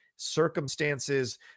Circumstances